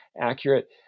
accurate